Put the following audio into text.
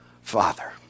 Father